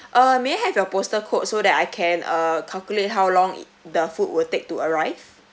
uh may I have your postal code so that I can uh calculate how long it the food will take to arrive